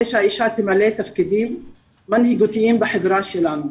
שהאישה תמלא תפקידים מנהיגותיים בחברה שלנו.